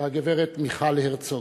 והגברת מיכל הרצוג,